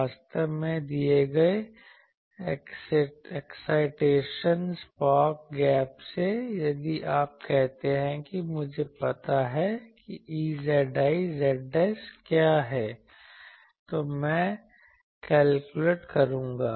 वास्तव में दिए गए एक्साइटेशन स्पार्क गैप से यदि आप कहते हैं कि मुझे पता है कि Ezi z क्या है तो मैं कैलकुलेट करूंगा